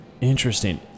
Interesting